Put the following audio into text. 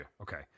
Okay